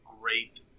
great